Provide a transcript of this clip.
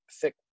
thick